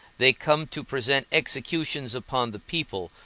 they come to present executions upon the people,